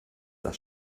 das